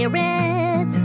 red